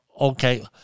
okay